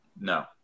No